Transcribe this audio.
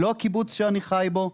לא הקיבוץ שאני חי בו,